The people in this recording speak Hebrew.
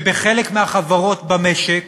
ובחלק מהחברות במשק,